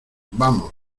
vamos